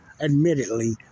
admittedly